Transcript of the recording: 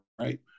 right